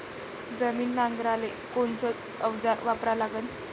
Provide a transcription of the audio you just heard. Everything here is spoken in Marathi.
जमीन नांगराले कोनचं अवजार वापरा लागन?